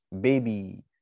Baby